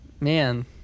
Man